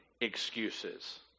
excuses